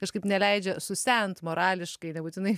kažkaip neleidžia susent morališkai nebūtinai